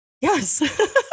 Yes